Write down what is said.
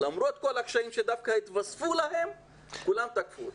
למרות כל הקשיים שדווקא התווספו להם כולם תקפו אותם.